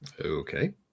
Okay